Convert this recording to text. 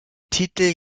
titel